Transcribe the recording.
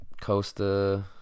Costa